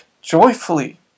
joyfully